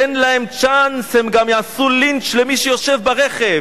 תן להם צ'אנס, הם גם יעשו לינץ' למי שיושב ברכב.